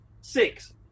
six